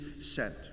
sent